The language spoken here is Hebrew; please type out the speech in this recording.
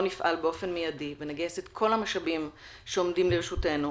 נפעל באופן מיידי ונגייס את כל המשאבים שעומדים לרשותנו,